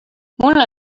mul